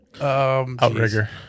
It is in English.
Outrigger